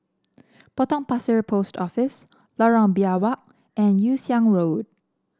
Potong Pasir Post Office Lorong Biawak and Yew Siang Road